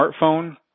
smartphone